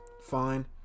Fine